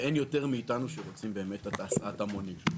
ואין יותר מאיתנו שרוצים באמת הסעת המונים.